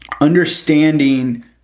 understanding